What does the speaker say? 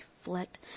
reflect